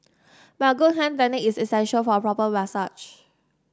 but good hand technique is essential for a proper massage